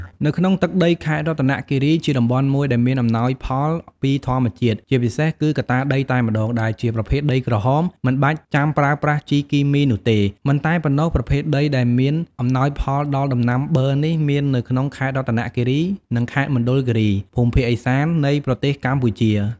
នៅក្នុងទឹកដីខេត្តរតនគិរី ជាតំបន់មួយដែលមានអំណោយផលពីធម្មជាតិ ជាពិសេសគឺកត្តាដីតែម្តង ដែលជាប្រភេទដីក្រហម មិនបាច់ចាំប្រើប្រាស់ជីគីមីនោះទេ មិនតែប៉ុណ្ណោះប្រភេទដីដែលមានអំណោយផលដល់ដំណាំប័រនេះ មាននៅក្នុងខេត្តរតនគិរី និងខេត្តមណ្ឌលគិរី ភូមិភាគឦសាន នៃប្រទេសកម្ពុជា។